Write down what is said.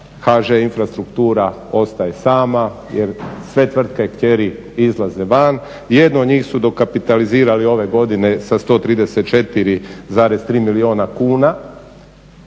HŽ infrastruktura ostaje sama jer sve tvrtke kćeri izlaze van. Jednu od njih su dokapitalizirali ove godine sa 134,3 milijuna kuna